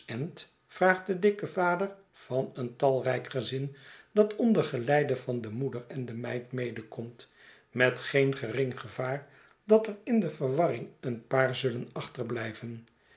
vraagt de dikke vader van een talrijk gezin dat onder geleide van de moeder en de meid medekomt met geen gering gevaar dat er in de verwarring een paar zullen achterblijven